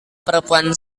perempuan